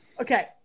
Okay